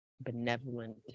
benevolent